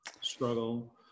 struggle